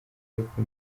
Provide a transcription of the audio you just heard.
ariko